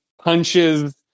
punches